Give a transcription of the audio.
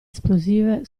esplosive